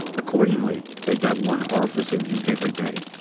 accordingly they dug one orifice in him every day.